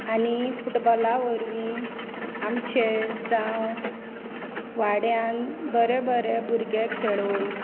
आनी फुटबॉला वरवीं आमचे जावं वाड्यांत बरें बरें भुरगे खेळोवन